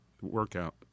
workout